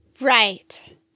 Right